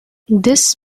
this